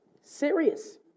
Serious